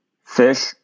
fish